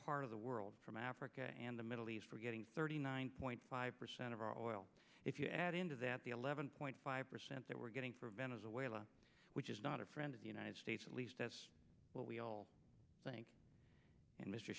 part of the world from africa and the middle east we're getting thirty nine point five percent of our oil if you add into that the eleven point five percent that we're getting from venezuela which is not a friend of the united states at least that's what we all think and m